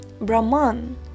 Brahman